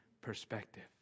perspective